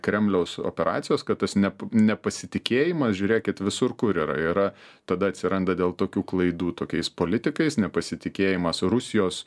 kremliaus operacijos kad tas nep nepasitikėjimas žiūrėkit visur kur yra yra tada atsiranda dėl tokių klaidų tokiais politikais nepasitikėjimas rusijos